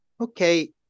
Okay